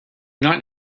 not